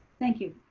thank you.